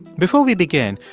before we begin,